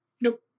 nope